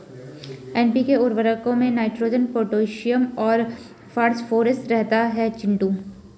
NPK उर्वरक में nitrogen potassium और फास्फोरस रहता है चिंटू